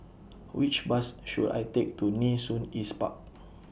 Which Bus should I Take to Nee Soon East Park